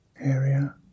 area